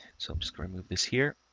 so i'm just gonna move this here.